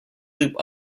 loop